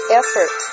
effort